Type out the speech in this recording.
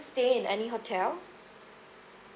stay in any hotel